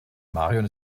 marion